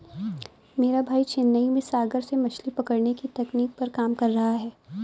मेरा भाई चेन्नई में सागर से मछली पकड़ने की तकनीक पर काम कर रहा है